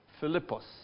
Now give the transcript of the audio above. Philippos